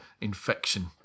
infection